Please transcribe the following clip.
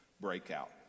breakout